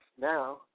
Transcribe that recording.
now